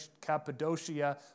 Cappadocia